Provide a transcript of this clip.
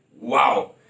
Wow